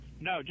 No